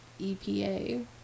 EPA